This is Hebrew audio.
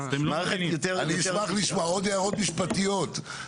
אני אשמח לשמוע הערות משפטיות.